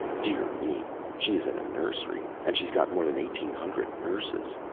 dear me, she's in a nursery! and she's got more than eighteen hundred nurses.